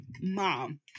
mom